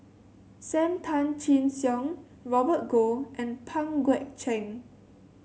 Sam Tan Chin Siong Robert Goh and Pang Guek Cheng